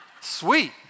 Sweet